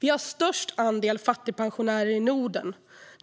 Vi har störst andel fattigpensionärer i Norden.